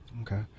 Okay